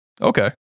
Okay